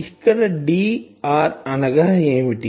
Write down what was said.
ఇక్కడ Drఅనగా ఏమిటి